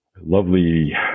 lovely